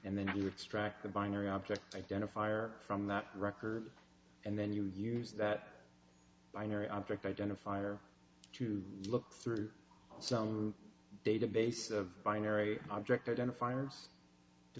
and then you extract the binary object identifier from the record and then you use that binary object identifier to look through some database of binary object identif